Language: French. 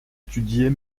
étudier